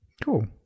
Cool